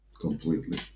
completely